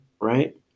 right